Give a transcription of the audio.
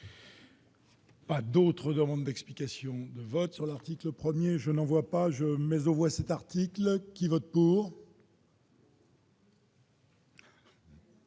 Pas d'autres demandes d'explications de vote sur l'article 1er, je n'en vois pas je mais on voit cette article qui vote pour.